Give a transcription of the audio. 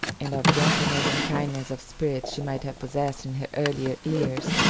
and of gentleness and kindness of spirit she might have possessed in her earlier years,